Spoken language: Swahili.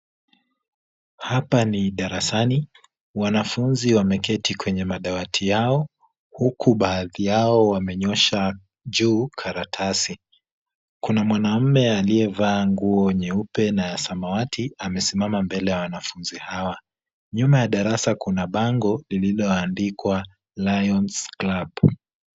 Hapa ni darasani. Wanafuzi wameketi kwenye madawati yao, huku baadhi yao wamenyosha juu karatasi. Kuna mwanamume aliyevaa nguo nyeupe na ya samawati, amesimama mbele ya wanafunzi hawa. Nyuma ya darasa kuna bango lililoandikwa Lion's Club .